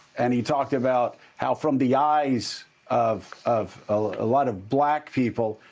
and he talked about how, from the eyes of of a lot of black people,